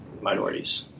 minorities